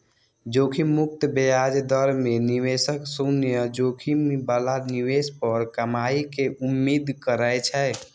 जोखिम मुक्त ब्याज दर मे निवेशक शून्य जोखिम बला निवेश पर कमाइ के उम्मीद करै छै